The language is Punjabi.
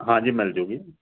ਹਾਂਜੀ ਮਿਲ ਜੂਗੀ